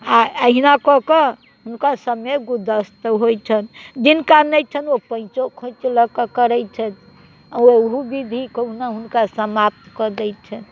आ एहिना कऽकऽ हुनकर समे गुदस्त होइत छनि जिनका नहि छनि ओ पैंचो खोचि लऽकऽ करैत छथि ओ ओहो विधि कहुना हुनका समाप्त कऽ दैत छनि